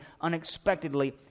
unexpectedly